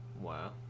Wow